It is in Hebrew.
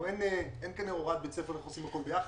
אין כאן הוראה איך עושים הכל ביחד.